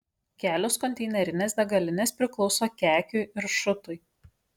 kelios konteinerinės degalinės priklauso kekiui ir šutui